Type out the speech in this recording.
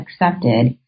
accepted